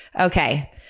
okay